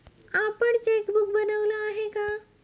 आपण चेकबुक बनवलं आहे का?